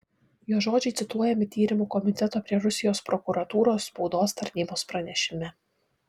jo žodžiai cituojami tyrimų komiteto prie rusijos prokuratūros spaudos tarnybos pranešime